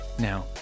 Now